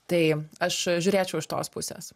tai aš žiūrėčiau iš tos pusės